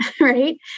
right